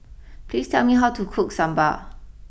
please tell me how to cook Sambar